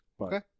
Okay